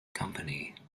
company